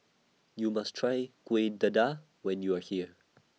YOU must Try Kuih Dadar when YOU Are here